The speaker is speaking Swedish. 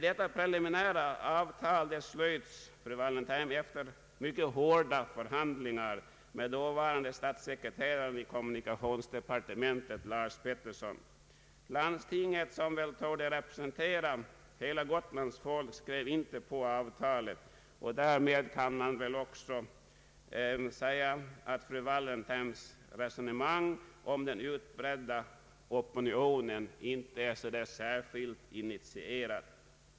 Detta preliminära avtal slöts, fru Wallentheim, efter mycket hårda förhandlingar med dåvarande statssekreteraren i kommunikationsdepartementet Lars Peterson. Landstinget, som väl torde representera hela Gotlands befolkning, skrev inte på avtalet, och därmed kan väl också sägas att fru Wallentheim inte var så särskilt initierad om den utbredda opinionen.